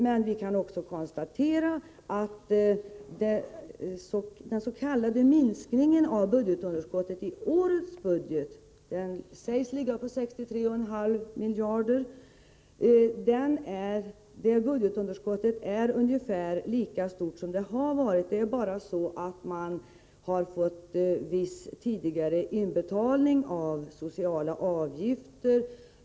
Men vi kan också konstatera att budgetunderskottet, som i årets budget sägs ligga på 63,5 miljarder, är ungefär lika stort som det har varit. Den s.k. minskningen av budgetunderskottet förklaras med att man fått viss tidigare inbetalning av sociala avgifter.